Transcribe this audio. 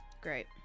Great